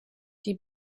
die